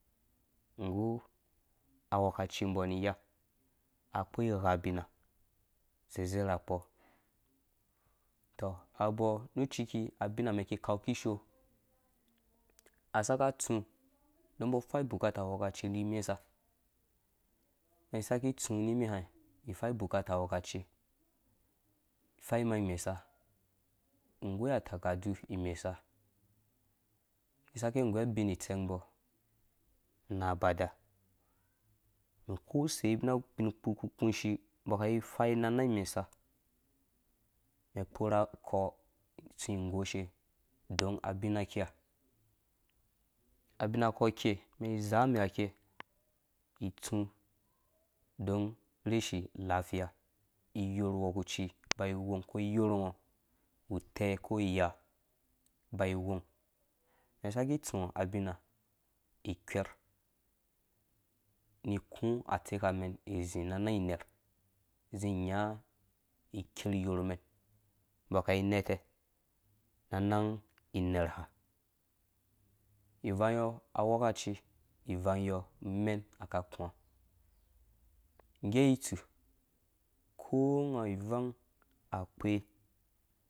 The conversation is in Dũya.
Nggu aghwɛkaci mboni iya na kpo igha bibinga zezerekpɔ tɔ abɔɔ nu ciki abina mɛn ki kau kishoo a saka tsu don mbɔ fai bukata wɔka ci ni mesa mɛn saki tsu nimiha ifai bu kata awɔka fai imeng imesa goi atakadu imesa ki seki goi abin itseng mbɔ na abada kose bina ku kunshi ka fai na nong imesa kitorh akɔ tsu goshe don abina kiha abina kɔ kɛi mi zame ake itsũ on reshi lafiya iyor wɔkuci bai whong ko iyɔr ngɔ utɛ ko iya bai whɔng mɛn saki tsũ abina kwɛr nu ku atsekamɛn zi na nang iner zi nya iker yorh mɛm mbo kai neta na nang inɛr ha ivangyɔ awɔkacɔ ivangyɔ mɛn aka kũã ngge itsu ko nga ivang akpe.